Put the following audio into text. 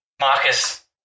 Marcus